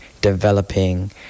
developing